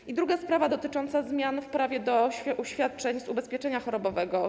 I druga sprawa dotycząca zmian w prawie do świadczeń z ubezpieczenia chorobowego.